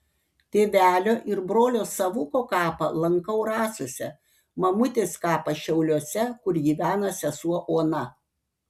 tėvelio ir brolio savuko kapą lankau rasose mamutės kapą šiauliuose kur gyvena sesuo ona